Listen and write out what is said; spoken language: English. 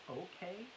okay